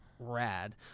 rad